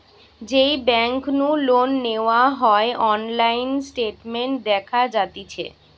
যেই বেংক নু লোন নেওয়া হয়অনলাইন স্টেটমেন্ট দেখা যাতিছে